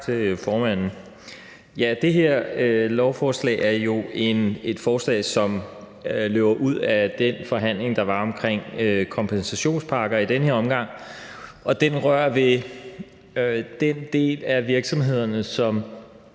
Det her lovforslag er jo et lovforslag, som kommer ud af den forhandling, der var om kompensationspakker i den her omgang, og det rører ved den del af virksomhederne, som